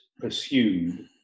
pursued